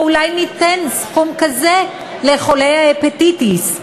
או אולי ניתן סכום כזה לחולי ההפטיטיס?